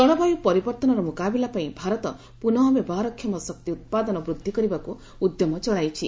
ଜଳବାୟୁ ପରିବର୍ତ୍ତନର ମୁକାବିଲା ପାଇଁ ଭାରତ ପୁନଃ ବ୍ୟବହାରକ୍ଷମ ଶକ୍ତି ଉତ୍ପାଦନ ବୃଦ୍ଧି କରିବାକୁ ଉଦ୍ୟମ ଚଳାଇଛି